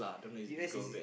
U_S is in